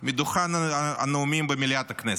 מדוכן הנואמים במליאת הכנסת?